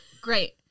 Great